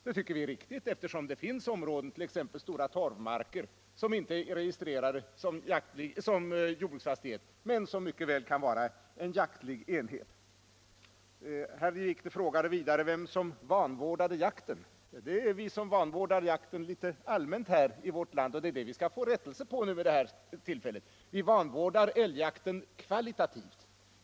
Det tycker vi är riktigt eftersom det finns områden, t.ex. stora torvmarker, som inte är registrerade som jordbruksfastighet men som mycket väl kan vara en jaktlig enhet. Herr Wikner frågade vidare vem som vanvårdade jakten. Det är vi som vanvårdar jakten litet allmänt i vårt land. Det är det vi skall rätta till nu. Vi vanvårdar älgjakten kvalitativt.